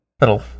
little